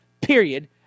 period